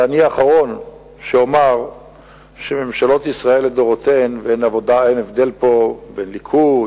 ואני האחרון שאומר שממשלות ישראל לדורותיהן ואין הבדל פה בין הליכוד,